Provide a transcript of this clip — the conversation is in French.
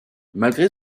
malgré